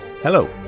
Hello